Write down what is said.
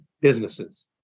businesses